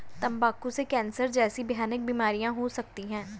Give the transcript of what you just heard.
तंबाकू से कैंसर जैसी भयानक बीमारियां हो सकती है